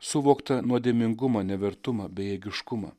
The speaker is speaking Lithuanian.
suvoktą nuodėmingumo nevertumą bejėgiškumą